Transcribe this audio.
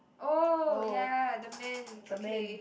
oh ya the man okay